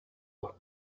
out